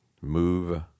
Move